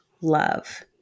love